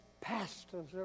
pastors